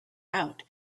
out